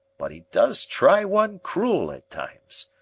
but e does try one cruel at times.